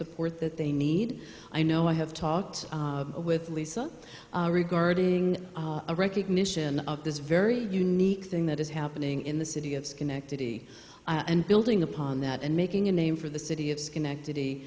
support that they need i know i have talked with lisa regarding a recognition of this very unique thing that is happening in the city of schenectady and building upon that and making a name for the city of schenectady